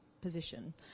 position